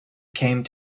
came